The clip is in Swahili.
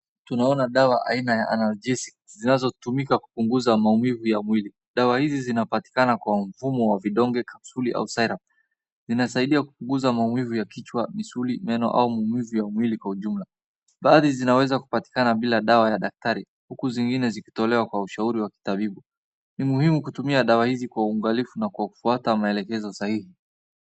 Tunaona dawa aina ya [analgesics] zinazotumika kupunguza maumivu ya mwili. Dawa hizi zinapatikana kwa mfumo wa vidonge, kapsuli au [syrup]. Zinasaidia kupunguza maumivu ya kichwa, misuli, meno au maumivu ya mwili kwa ujumla. Baadhi zinaweza kupatikana bila dawa ya daktari, huku zingine zikitolewa kwa ushauri wa kitabibu. Ni muhimu kutumia dawa hizi kwa uangalifu na kwa kufuata maelekezo sahihi.